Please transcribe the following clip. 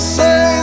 say